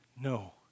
no